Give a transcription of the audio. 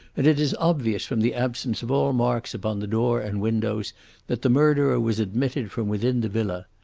and it is obvious from the absence of all marks upon the door and windows that the murderer was admitted from within the villa.